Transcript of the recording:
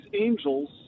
angels